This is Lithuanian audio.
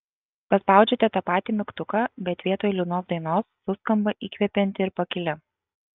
paspaudžiate tą patį mygtuką bet vietoj liūdnos dainos suskamba įkvepianti ir pakili